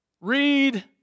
Read